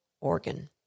organ